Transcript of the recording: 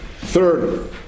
Third